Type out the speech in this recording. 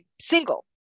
single